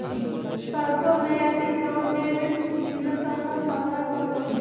স্বল্প মেয়াদী লোন এর নূন্যতম সময় কতো?